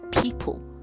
people